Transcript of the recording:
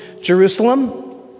Jerusalem